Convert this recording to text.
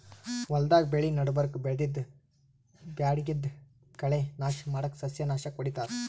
ಹೊಲ್ದಾಗ್ ಬೆಳಿ ನಡಬರ್ಕ್ ಬೆಳ್ದಿದ್ದ್ ಬ್ಯಾಡಗಿದ್ದ್ ಕಳಿ ನಾಶ್ ಮಾಡಕ್ಕ್ ಸಸ್ಯನಾಶಕ್ ಹೊಡಿತಾರ್